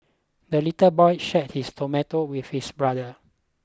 the little boy shared his tomato with his brother